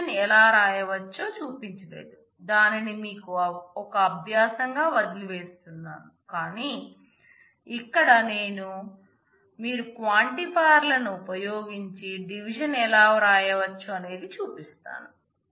డివిజన్ను ఉపయోగించి డివిజన్ ఎలా వ్రాయవచ్చు అనేది చూపిస్తాను